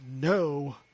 no